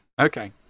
Okay